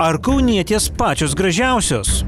ar kaunietės pačios gražiausios